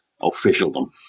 officialdom